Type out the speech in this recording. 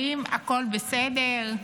האם הכול בסדר?